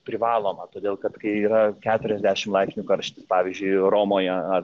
privaloma todėl kad kai yra keturiasdešim laipsnių karšty pavyzdžiui romoje ar